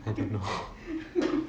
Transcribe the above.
I don't know